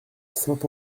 saint